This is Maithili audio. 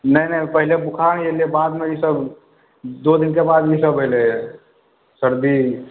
नहि नहि पहिले बुखार एलै बादमे ई सभ दू दिनके बाद ई सभ भेलैहँ सर्दी